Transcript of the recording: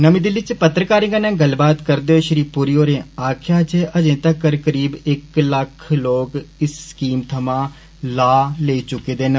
नमीं दिल्ली च पत्रकारें कन्नै गल्लबात करदे होई श्री पुरी होरें आक्खेआ जे अजें तक्कर करीब इक लक्ख लोक इस स्कीम थमां लाह् लेई चुके दे न